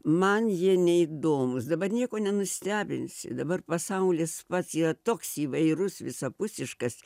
man jie neįdomūs dabar nieko nenustebinsi dabar pasaulis pats yra toks įvairus visapusiškas